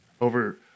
over